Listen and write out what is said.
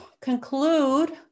conclude